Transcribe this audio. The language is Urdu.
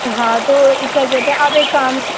ہاں تو یہ کیا کہتے ہیں آپ ایک کام